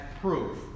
proof